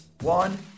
One